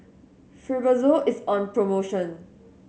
Fibrosol is on promotion